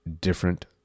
different